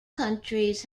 countries